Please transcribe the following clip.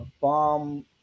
bomb